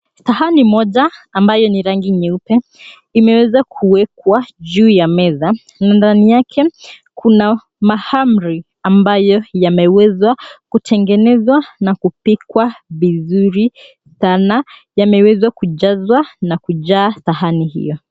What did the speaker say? Sahani moja ambayo ni rangi nyeupe imeweza kuwekwa juu ya meza na ndani yake kuna mahamri ambayo yamewezwa kutengenezwa na kupikwa vizuri sana. Yamewezwa kujazwa na kujaa sahani hio.